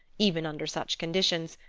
even under such conditions,